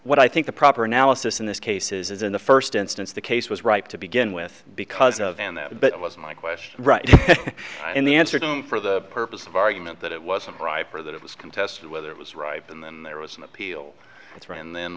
what i think the proper analysis in this case is in the first instance the case was ripe to begin with because of and that but it was my question and the answer for the purpose of argument that it wasn't ripe or that it was contested whether it was ripe and then there was an appeal through and then